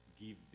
give